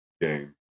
game